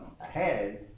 ahead